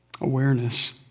Awareness